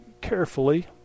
carefully